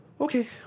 Okay